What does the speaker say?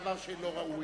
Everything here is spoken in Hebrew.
דבר שלא ראוי,